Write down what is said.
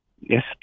yes